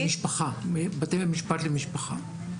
בתי משפט למשפחה.